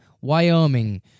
Wyoming